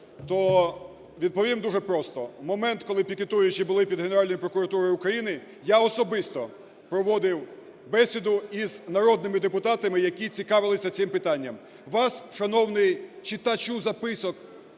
то відповім дуже просто. Момент, коли пікетуючі були під Генеральною прокуратурою України, я особисто проводив бесіду із народними депутатами, які цікавилися цим питанням. Вас, шановний читачу записок,